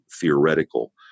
theoretical